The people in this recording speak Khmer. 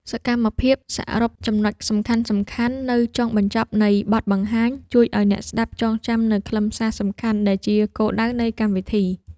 សកម្មភាពសរុបចំណុចសំខាន់ៗនៅចុងបញ្ចប់នៃបទបង្ហាញ ជួយឱ្យអ្នកស្ដាប់ចងចាំនូវខ្លឹមសារសំខាន់ដែលជាគោលដៅនៃកម្មវិធី។